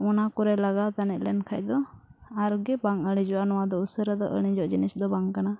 ᱚᱱᱟ ᱠᱚᱨᱮ ᱞᱟᱜᱟᱣ ᱛᱟᱹᱱᱤᱡ ᱞᱮᱱᱠᱷᱟᱱ ᱫᱚ ᱟᱨᱜᱮ ᱵᱟᱝ ᱤᱲᱤᱡᱚᱜᱼᱟ ᱱᱚᱣᱟᱫᱚ ᱩᱥᱟᱹᱨᱟ ᱫᱚ ᱤᱲᱤᱡᱚᱜ ᱡᱤᱱᱤᱥ ᱫᱚ ᱵᱟᱝ ᱠᱟᱱᱟ